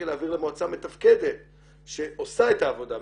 להעביר למועצה מתפקדת שעושה את העבודה,